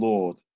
Lord